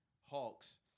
Hawks